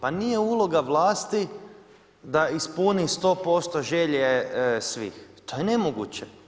Pa nije uloga vlasti da ispuni 100% želje svih, to je nemoguće.